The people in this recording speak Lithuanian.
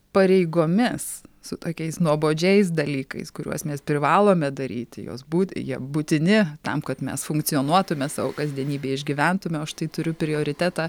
pareigomis su tokiais nuobodžiais dalykais kuriuos mes privalome daryti jos būt jie būtini tam kad mes funkcionuotume savo kasdienybėj išgyventume o aš tai turiu prioritetą